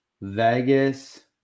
Vegas